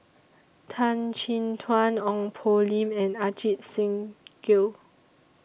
Tan Chin Tuan Ong Poh Lim and Ajit Singh Gill